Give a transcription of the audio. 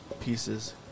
pieces